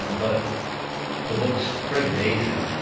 but the book's pretty amazing,